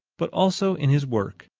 but also in his work,